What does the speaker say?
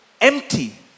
empty